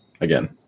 again